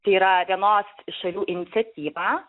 tai yra vienos iš šalių iniciatyva